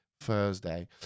Thursday